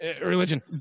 religion